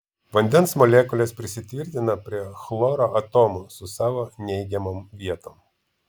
vandens molekulės prisitvirtina prie chloro atomų su savo neigiamom vietom